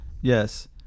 yes